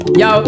yo